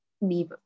leave